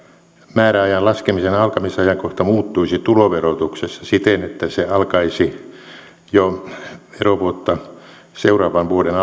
määräajan laskemisen alkamisajankohta muuttuisi tuloverotuksessa siten että se alkaisi jo verovuotta seuraavan vuoden